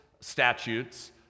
statutes